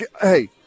Hey